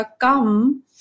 come